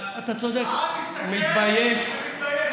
העם מסתכל ומתבייש.